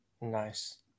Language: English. Nice